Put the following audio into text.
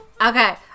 Okay